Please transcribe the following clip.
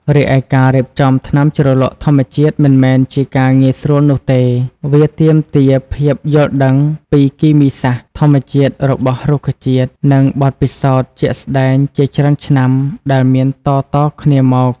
រីឯការរៀបចំថ្នាំជ្រលក់ធម្មជាតិមិនមែនជាការងាយស្រួលនោះទេ វាទាមទារភាពយល់ដឹងពីគីមីសាស្ត្រធម្មជាតិរបស់រុក្ខជាតិនិងបទពិសោធន៍ជាក់ស្តែងជាច្រើនឆ្នាំដែលមានតៗគ្នាមក។